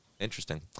Interesting